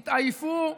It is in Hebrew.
התעייפו,